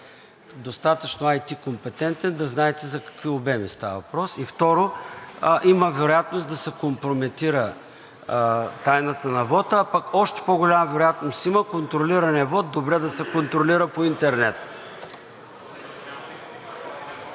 достатъчно IT компетентен, за да знаете за какви обеми става въпрос. Второ, има вероятност да се компрометира тайната на вота, а още по-голяма вероятност има контролираният вот добре да се контролира по интернет.